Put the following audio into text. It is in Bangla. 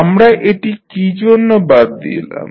আমরা এটি কী জন্য বাদ দিলাম